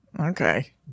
okay